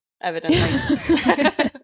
evidently